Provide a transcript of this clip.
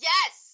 Yes